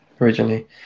originally